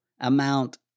amount